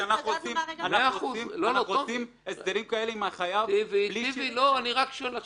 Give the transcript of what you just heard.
משום שאנחנו עושים הסדרים כאלה עם החייב בלי --- אני רק שואל.